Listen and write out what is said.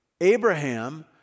Abraham